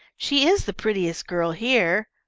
she is the prettiest girl here.